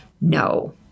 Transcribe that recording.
no